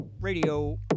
Radio